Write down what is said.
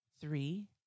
Three